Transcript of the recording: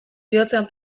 bihotzean